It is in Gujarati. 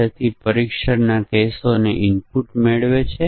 2000 થી ઓછી ખરીદી માટે સભ્યને 10 ટકા ડિસ્કાઉન્ટ મળે છે